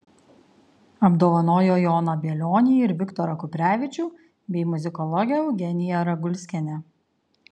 apdovanojo joną bielionį ir viktorą kuprevičių bei muzikologę eugeniją ragulskienę